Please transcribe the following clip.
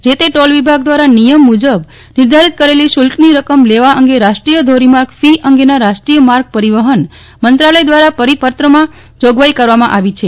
જે તે ટોલ વિભાગ દ્વારા નિયમ મુજબ નિર્ધારિત કરેલી શુલ્કની રકમ લેવા અંગે રાષ્ટ્રીય ધોરીમાર્ગ ફી અંગેના રાષ્ટ્રીય માર્ગ પરિવહન મંત્રાલય દ્વારા પરિપત્રમાં જોગવાઈ કરવામાં આવી છે